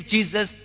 Jesus